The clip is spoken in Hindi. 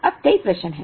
अब कई प्रश्न हैं